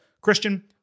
Christian